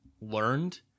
learned